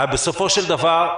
בסופו של דבר,